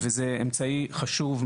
שהיא אמצעי חשוב,